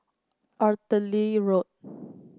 Artillery Road